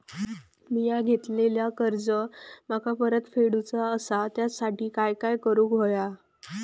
मिया घेतलेले कर्ज मला परत फेडूचा असा त्यासाठी काय काय करून होया?